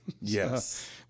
yes